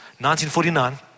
1949